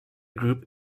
group